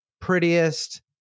prettiest